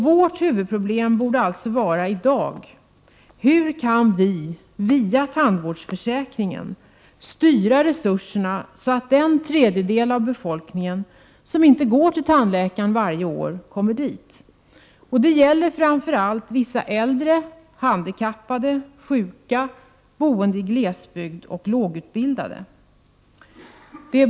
Vårt huvudproblem i dag borde alltså vara: Hur kan vi via tandvårdsförsäkringen styra resurserna så att den tredjedel av befolkningen som inte går till tandläkaren varje år kommer dit? Detta gäller framför allt vissa äldre, handikappade, sjuka, människor boende i glesbygd och lågutbildade.